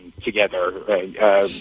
together